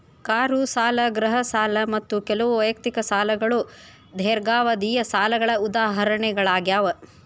car ಸಾಲ ಗೃಹ ಸಾಲ ಮತ್ತ ಕೆಲವು ವೈಯಕ್ತಿಕ ಸಾಲಗಳು ದೇರ್ಘಾವಧಿಯ ಸಾಲಗಳ ಉದಾಹರಣೆಗಳಾಗ್ಯಾವ